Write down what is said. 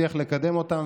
אותן.